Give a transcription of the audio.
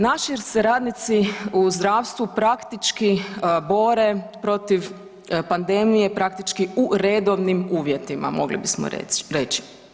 Naši se radnici u zdravstvu praktički bore protiv pandemije, praktički u redovnim uvjetima mogli bismo reći.